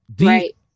Right